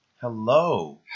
Hello